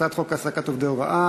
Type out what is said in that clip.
הצעת החוק העסקת עובדי הוראה.